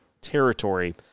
territory